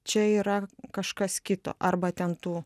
čia yra kažkas kito arba ten tų